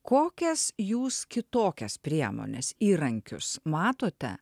kokias jūs kitokias priemones įrankius matote